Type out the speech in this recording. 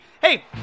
Hey